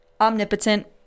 omnipotent